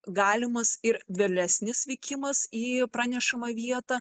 galimas ir vėlesnis vykimas į pranešamą vietą